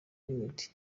meddy